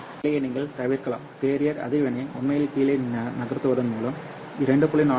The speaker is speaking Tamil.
இந்த நிலையை நீங்கள் தவிர்க்கலாம் கேரியர் அதிர்வெண்ணை உண்மையில் கீழே நகர்த்துவதன் மூலம் 2